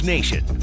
Nation